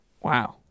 Wow